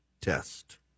test